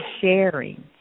sharing